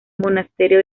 monasterio